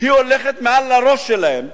היא הולכת מעל לראש שלהם,